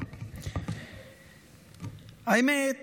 האמת